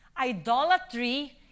idolatry